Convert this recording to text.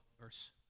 verse